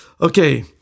Okay